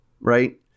right